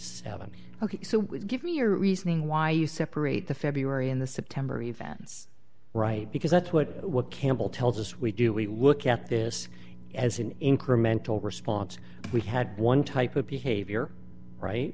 seven ok so give me your reasoning why you separate the february in the september events right because that's what what campbell tells us we do we look at this as an incremental response we had one type of behavior right